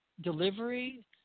delivery